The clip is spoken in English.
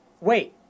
wait